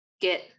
get